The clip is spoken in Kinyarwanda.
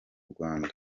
rwanda